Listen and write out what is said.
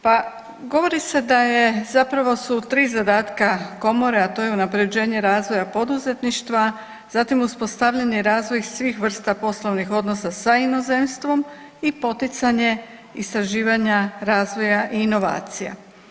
Pa govori se da je zapravo su tri zadatka komora, a to je unapređenje razvoja poduzetništva, zatim uspostavljanje i razvoj svih vrsta poslovnih odnosa sa inozemstvo i poticanje istraživanja razvoja i inovacija.